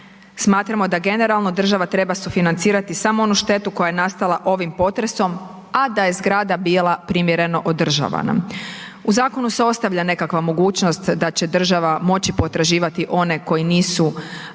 Smatramo da generalno država treba sufinancirati samo onu štetu koja je nastala ovim potresom, a da je zgrada bila primjereno održavana. U zakonu se ostavlja nekakva mogućnost da će država moći potraživati one koji nisu zgrade